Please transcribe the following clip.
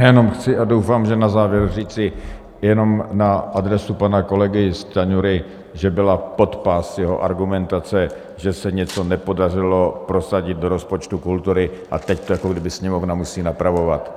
Já jenom chci, a doufám, že na závěr, říci jenom na adresu pana kolegy Stanjury, že byla pod pás jeho argumentace, že se něco nepodařilo prosadit do rozpočtu kultury a teď to jakoby Sněmovna musí napravovat.